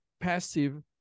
passive